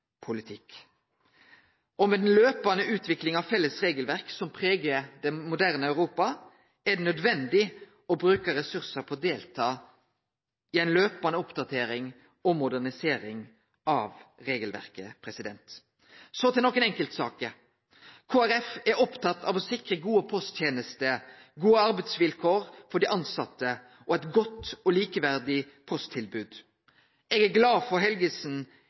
Med den løpande utviklinga av felles regelverk som pregar det moderne Europa, er det nødvendig å bruke ressursar på å delta i ei løpande oppdatering om modernisering av regelverket. Så til nokre enkeltsaker. Kristeleg Folkeparti er opptatt av å sikre gode posttenester, gode arbeidsvilkår for dei tilsette og eit godt og likeverdig posttilbod. Eg er glad for at Helgesen